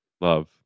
Love